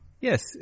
Yes